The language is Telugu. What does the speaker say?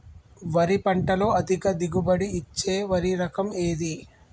వరి పంట లో అధిక దిగుబడి ఇచ్చే వరి రకం ఏది?